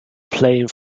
playing